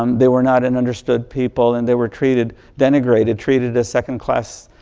um they were not an understood people, and they were treated, denigrated, treated as second class,